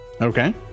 Okay